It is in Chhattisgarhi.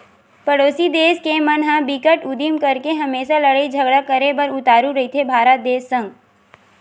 परोसी देस के मन ह बिकट उदिम करके हमेसा लड़ई झगरा करे बर उतारू रहिथे भारत देस संग